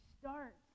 start